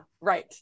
Right